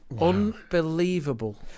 Unbelievable